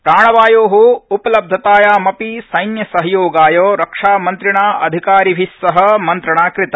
प्राणवायो उपलब्धतायामपि सैन्यसहयोगाय रक्षामन्त्रिणा अधिकारिभि सह मन्त्रणा कृता